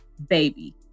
baby